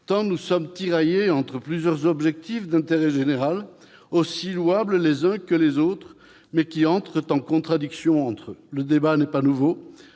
tant nous sommes tiraillés entre plusieurs objectifs d'intérêt général, aussi louables les uns que les autres, mais qui entrent en contradiction entre eux. Le débat n'est pas nouveau.